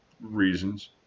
reasons